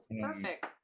perfect